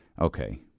Okay